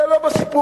זה לא בסיפור.